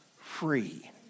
free